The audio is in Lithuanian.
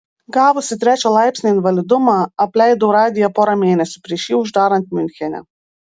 gavusi trečio laipsnio invalidumą apleidau radiją porą mėnesių prieš jį uždarant miunchene